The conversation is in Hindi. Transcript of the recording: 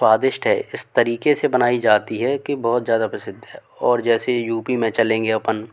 स्वादिष्ट है इस तरीक़े से बानाई जाती है कि बहुत ज़्यादा प्रसिद्ध है और जैसे यू पी में चलेंगे अपन